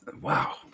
Wow